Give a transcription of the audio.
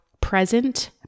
present